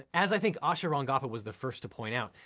as i think asha rangappa was the first to point out,